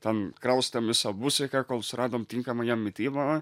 ten kraustėm visą busiką kol suradom tinkamą jam mitybą